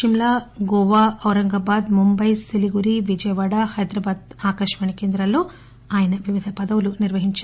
షిమ్లా గోవా ఔరంగాబాద్ ముంబాయి సిలిగురి విజయవాడ హైదరాబాద్ ఆకాశవాణి కేంద్రాల్లో ఆయన వివిధ పదవులు నిర్వహించారు